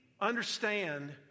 understand